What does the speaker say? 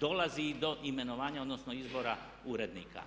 dolazi i do imenovanja, odnosno izbora urednika.